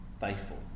faithful